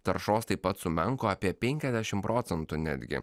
taršos taip pat sumenko apie penkiasdešimt procentų netgi